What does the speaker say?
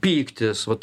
pyktis vat